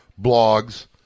blogs